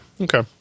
Okay